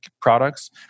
products